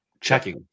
checking